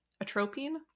atropine